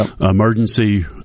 emergency